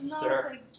sir